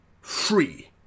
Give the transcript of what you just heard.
free